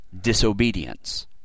disobedience